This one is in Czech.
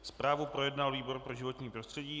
Zprávu projednal výbor pro životní prostředí.